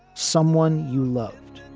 someone you loved.